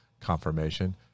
Confirmation